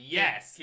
yes